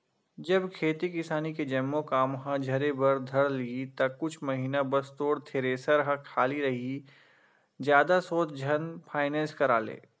जब खेती किसानी के जम्मो काम ह झरे बर धर लिही ता कुछ महिना बस तोर थेरेसर ह खाली रइही जादा सोच झन फायनेंस करा ले